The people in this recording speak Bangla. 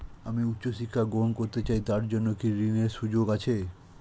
আমি উচ্চ শিক্ষা গ্রহণ করতে চাই তার জন্য কি ঋনের সুযোগ আছে?